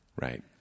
Right